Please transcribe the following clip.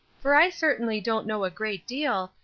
for i certainly don't know a great deal,